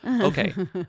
Okay